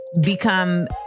become